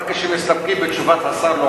רק כשמסתפקים בתשובת השר לא